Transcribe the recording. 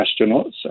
astronauts